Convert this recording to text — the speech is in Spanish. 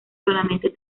solamente